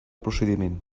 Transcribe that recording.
procediment